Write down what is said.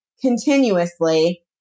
continuously